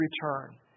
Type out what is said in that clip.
return